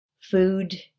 Food